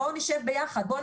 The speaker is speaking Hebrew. בואו נשב ביחד,